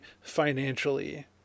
financially